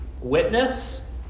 witness